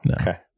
okay